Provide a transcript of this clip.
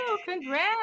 Congrats